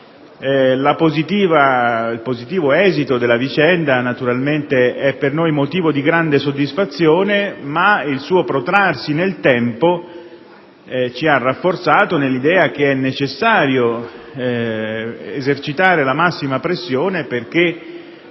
Il positivo esito della vicenda naturalmente è per noi motivo di grande soddisfazione, ma il suo protrarsi nel tempo ci ha rafforzato nell'idea che è necessario esercitare la massima pressione perché